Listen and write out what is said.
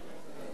כבוד היושב-ראש,